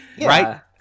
Right